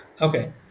Okay